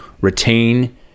retain